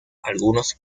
algunos